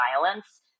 violence